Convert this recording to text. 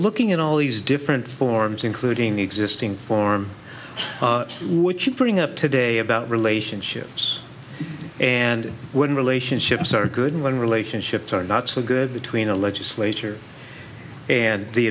looking at all these different forms including the existing form which bring up today about relationships and when relationships are good and when relationships are not so good between a legislature and the